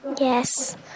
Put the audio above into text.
Yes